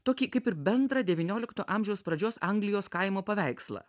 tokį kaip ir bendrą devyniolikto amžiaus pradžios anglijos kaimo paveikslą